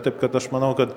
taip kad aš manau kad